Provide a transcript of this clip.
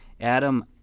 Adam